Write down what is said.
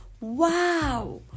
Wow